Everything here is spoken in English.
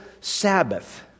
Sabbath